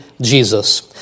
Jesus